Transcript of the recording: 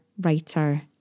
writer